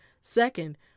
Second